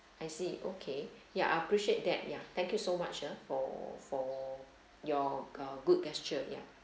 I see okay yeah I appreciate that ya thank you so much ah for for your uh good gesture ya